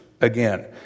Again